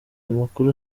amakuru